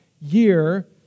year